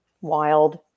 wild